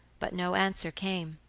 but no answer came.